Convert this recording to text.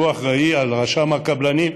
שהוא אחראי על רשם הקבלנים,